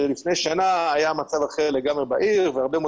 שלפני שנה היה מצב אחר לגמרי בעיר והרבה מאוד